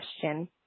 question